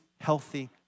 healthy